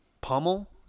pummel